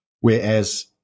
whereas